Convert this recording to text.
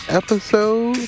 episode